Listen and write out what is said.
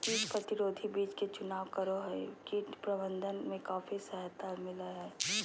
कीट प्रतिरोधी बीज के चुनाव करो हइ, कीट प्रबंधन में काफी सहायता मिलैय हइ